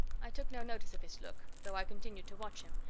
i took no notice of his look, though i continued to watch him,